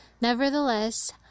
nevertheless